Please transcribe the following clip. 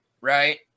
right